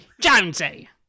Jonesy